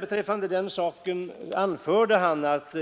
Beträffande den saken anförde han att